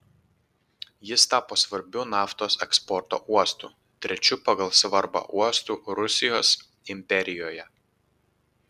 jis tapo svarbiu naftos eksporto uostu trečiu pagal svarbą uostu rusijos imperijoje